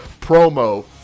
promo